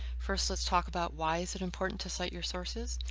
first, let's talk about why is it important to cite your sources.